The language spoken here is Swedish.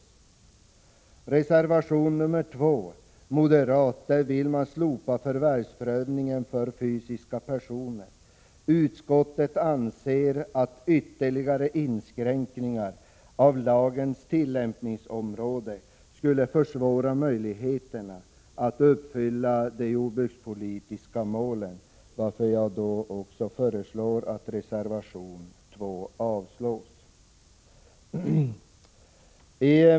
I reservation 2 vill moderaterna slopa förvärvsprövningen för fysiska personer. Utskottet anser att ytterligare inskränkningar av lagens tillämpningsområde skulle försvåra möjligheterna att uppfylla de jordbrukspolitiska målen, varför jag föreslår att också reservation 2 avslås.